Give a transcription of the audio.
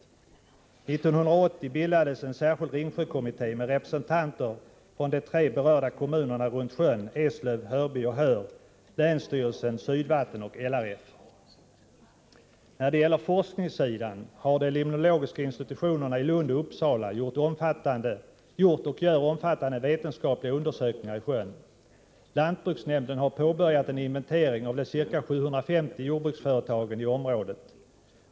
1980 bildades en särskild Ringsjökommitté med representanter för de tre berörda kommunerna runt sjön , länsstyrelsen, Sydvatten och LRF. När det gäller forskningssidan har de limnologiska institutionerna i Lund och Uppsala gjort, och gör även fortfarande, omfattande vetenskapliga undersökningar i sjön. Lantbruksnämnden har påbörjat en inventering av de ca 750 jordbruksföretagen i området.